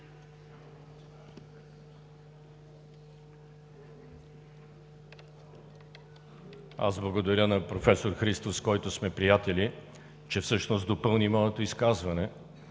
Благодаря на професор Христов, с когото сме приятели, че всъщност допълни моето изказване.